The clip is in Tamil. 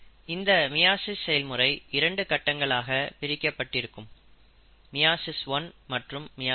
இந்த மியாசிஸ் செயல்முறை இரண்டு கட்டங்களாக பிரிக்கப்பட்டிருக்கும் மியாசிஸ் 1 மற்றும் மியாசிஸ் 2